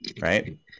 right